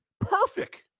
Perfect